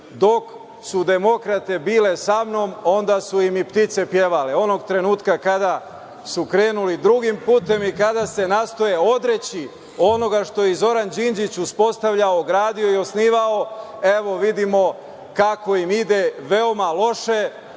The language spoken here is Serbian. Dok su demokrate bile sa mnom, onda su im i ptice pevale. Onog trenutka kada su krenuli drugim putem i kada se nastoje odreći onoga što je Zoran Đinđić uspostavljao, gradio i osnivao, evo vidimo kako im ide – veoma loše.